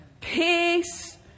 Peace